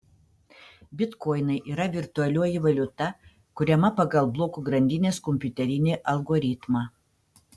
bitkoinai yra virtualioji valiuta kuriama pagal blokų grandinės kompiuterinį algoritmą